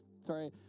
Sorry